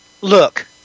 Look